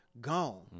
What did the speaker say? Gone